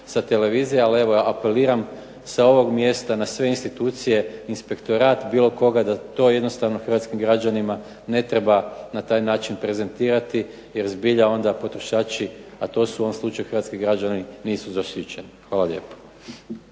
sa televizije, ali evo apeliram sa ovog mjesta na sve institucije, inspektorat bilo koga da to jednostavno hrvatskim građanima ne treba na taj način prezentirati, jer zbilja onda potrošači, a to su u ovom slučaju hrvatski građani, nisu zaštićeni. Hvala lijepo.